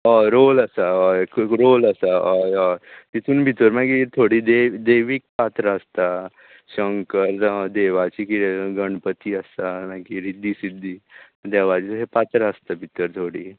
role आसा हय हय तितून भितर मागीर थोडी देवी दैवीक पात्रां आसता शंकर जावं देवाची किदें गणपती आसा मागीर रिद्दी सिद्धी देवाचे तशे पात्रां आसता भितर थोडीं